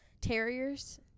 Terriers